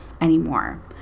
anymore